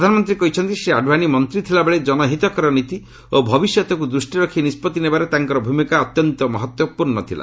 ପ୍ରଧାନମନ୍ତ୍ରୀ କହିଛନ୍ତି ଶ୍ରୀ ଆଡ଼୍ୱାନି ମନ୍ତ୍ରୀ ଥିଲାବେଳେ ଜନହିତକର ନୀତି ଓ ଭବିଷ୍ୟତ୍କୁ ଦୃଷ୍ଟିରେ ରଖି ନିଷ୍କଭି ନେବାର ତାଙ୍କର ଭୂମିକା ଅତ୍ୟନ୍ତ ମହତ୍ତ୍ପୂର୍ଣ୍ଣ ଥିଲା